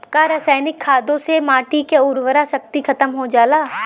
का रसायनिक खादों से माटी क उर्वरा शक्ति खतम हो जाला?